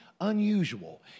unusual